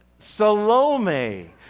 Salome